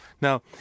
Now